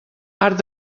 arc